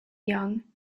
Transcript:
young